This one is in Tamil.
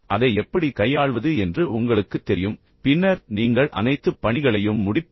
அதை எப்படி கையாள்வது என்று உங்களுக்குத் தெரியும் பின்னர் நீங்கள் அனைத்து பணிகளையும் முடிப்பீர்கள்